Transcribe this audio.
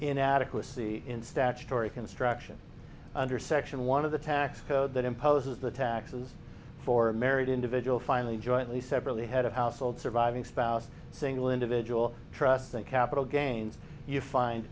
inadequacy in statutory construction under section one of the tax code that imposes the taxes for a married individual finally jointly severally head of household surviving spouse single individual trusts and capital gains you find